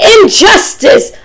Injustice